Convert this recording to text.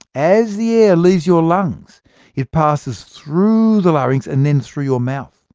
as the air leaves your lungs it passes through the larynx and then through your mouth.